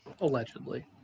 Allegedly